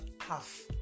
half